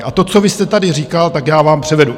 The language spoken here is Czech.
A to, co vy jste tady říkal, tak já vám převedu.